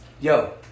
Yo